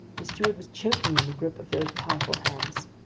the steward was choking in the grip of those powerful hands.